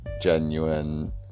genuine